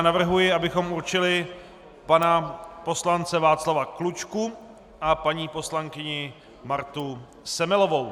Navrhuji, abychom určili pana poslance Václava Klučku a paní poslankyni Martu Semelovou.